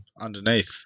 underneath